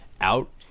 out